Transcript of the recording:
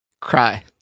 cry